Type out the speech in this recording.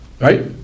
right